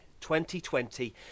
2020